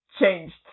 changed